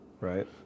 right